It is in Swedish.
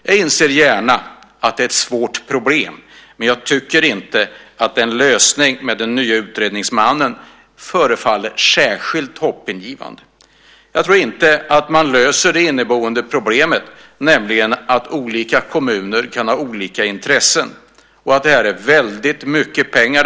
Jag inser att det är ett svårt problem, men jag tycker inte att lösningen med den nye utredningsmannen förefaller särskilt hoppingivande. Jag tror inte att man löser problemet med att olika kommuner kan ha olika intressen och att det handlar om väldigt mycket pengar.